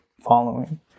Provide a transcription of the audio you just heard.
following